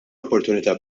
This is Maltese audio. opportunità